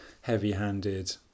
heavy-handed